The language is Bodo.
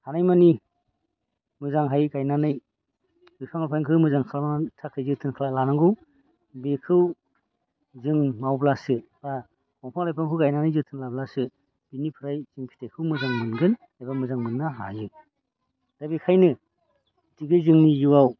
हानायमानि मोजांयै गायनानै बिफां लाइफांखौ मोजां खालामनो थाखाय जोथोन लानांगौ बेखौ जों मावब्लासो बा दंफां लाइफांखौ गायनानै जोथोन लाब्लासो बेनिफ्राय जों फिथाइखौ मोजां मोनगोन एबा मोजां मोननो हायो दा बेखायनो दिनै जोंनि जिउआव